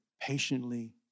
patiently